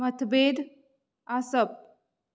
मतभेद आसप